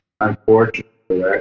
Unfortunately